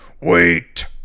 Wait